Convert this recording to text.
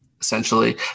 essentially